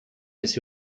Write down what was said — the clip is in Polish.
jest